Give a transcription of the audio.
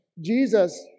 Jesus